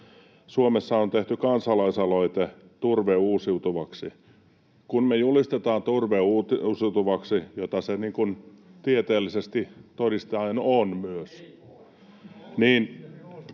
Suomessa on tehty kansalaisaloite ”Turve uusiutuvaksi”. Kun me julistetaan turve uusiutuvaksi, mitä se tieteellisesti todistaen myös on